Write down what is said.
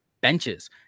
benches